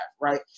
right